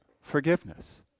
forgiveness